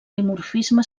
dimorfisme